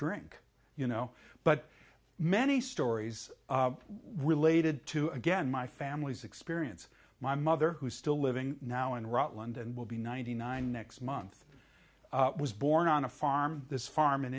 drink you know but many stories related to again my family's experience my mother who's still living now in rutland and will be ninety nine next month was born on a farm this farm in